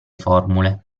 formule